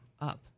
up